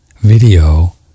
video